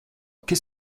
qu’est